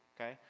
Okay